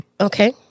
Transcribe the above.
Okay